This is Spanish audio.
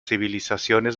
civilizaciones